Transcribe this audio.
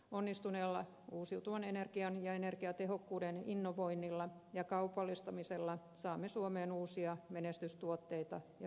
onnistuneella uusiutuvan energian ja energiatehokkuuden innovoinnilla ja kaupallistamisella saamme suomeen uusia menestystuotteita ja vientituloja